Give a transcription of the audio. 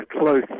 close